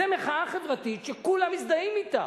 זה מחאה חברתית שכולם מזדהים אתה.